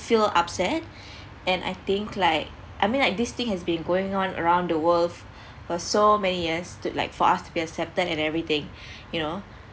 feel upset and I think like I mean like this thing has been going on around the world for so many years to like for us to be accepted and everything you know